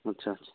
ਅੱਛਾ ਅੱਛਾ